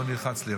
התשפ"ה 2025,